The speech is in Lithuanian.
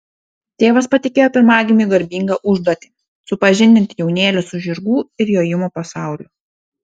tėvas patikėjo pirmagimiui garbingą užduotį supažindinti jaunėlį su žirgų ir jojimo pasauliu